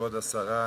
כבוד השרה,